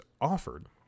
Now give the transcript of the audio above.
offered